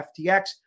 FTX